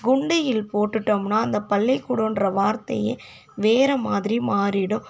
குண்டு ல் போட்டுட்டோம்னா இந்த பள்ளிக்கூடம்ன்ற வார்த்தையே வேற மாதிரி மாறிவிடும்